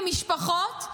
במשפחות,